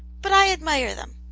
but i admire them.